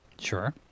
Sure